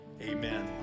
amen